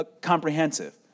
comprehensive